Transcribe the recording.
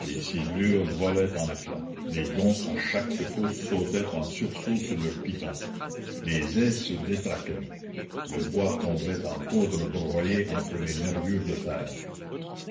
les ciselures volaient en éclats les gonds à chaque secousse sautaient en sursaut sur leurs pitons les ais se détraquaient le bois tombait en poudre broyé entre les nervures de fer